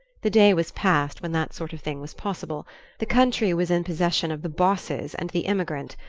the day was past when that sort of thing was possible the country was in possession of the bosses and the emigrant,